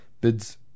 bids